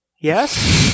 Yes